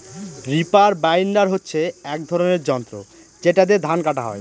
reaper binder হচ্ছে এক ধরনের যন্ত্র যেটা দিয়ে ধান কাটা হয়